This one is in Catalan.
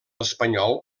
espanyol